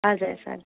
हजुर सर